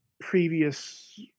previous